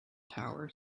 tower